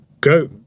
go